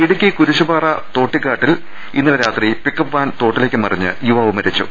ഇടുക്കി കുരിശുപാറ തോട്ടിക്കാട്ടിൽ ഇന്നലെ രാത്രി പിക്കപ്പ് വാൻ തോട്ടിലേക്ക് മറിഞ്ഞ് യുവാവ് മരിച്ചു